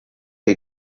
che